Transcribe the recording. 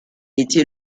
était